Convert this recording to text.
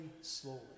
slowly